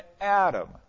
Adam